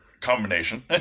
combination